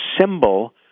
symbol